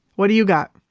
what do you got?